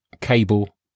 cable